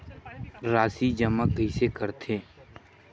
राशि जमा कइसे करथे?